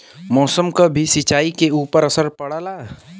मौसम क भी सिंचाई के ऊपर असर पड़ला